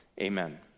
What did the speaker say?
Amen